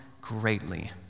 greatly